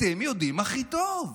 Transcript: אתם יודעים הכי טוב.